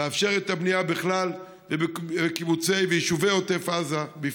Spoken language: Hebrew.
לאפשר את הבנייה בכלל ובקיבוצי ויישובי עוטף עזה בפרט.